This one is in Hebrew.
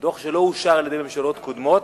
דוח שלא אושר על-ידי ממשלות שונות